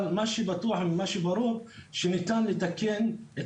אבל מה שבטוח ומה שברור שניתן לתקן את